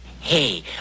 Hey